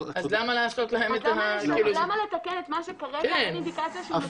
למה לתקן את מה שכרגע אין אינדיקציה שהוא מקולקל?